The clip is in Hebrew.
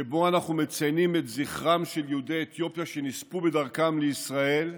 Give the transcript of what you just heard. שבו אנחנו מציינים את זכרם של יהודי אתיופיה שנספו בדרכם לישראל,